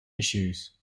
issues